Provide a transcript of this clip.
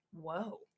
Whoa